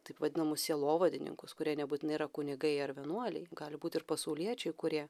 taip vadinamus sielovadininkus kurie nebūtinai yra kunigai ar vienuoliai gali būti ir pasauliečiai kurie